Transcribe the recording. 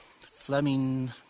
Fleming